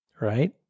right